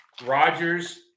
Rodgers